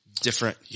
different